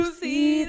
see